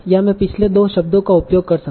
या मैं पिछले 2 शब्दों का उपयोग कर सकता हूं